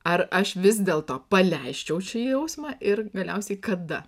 ar aš vis dėlto paleisčiau šį jausmą ir galiausiai kada